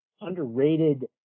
underrated